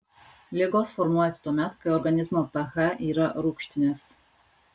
ligos formuojasi tuomet kai organizmo ph yra rūgštinis